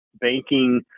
banking